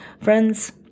Friends